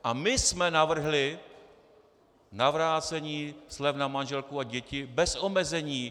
A my jsme navrhli navrácení slev na manželku a děti bez omezení.